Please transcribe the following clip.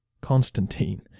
Constantine